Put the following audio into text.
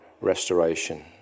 restoration